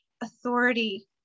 authority